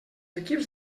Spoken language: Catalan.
equips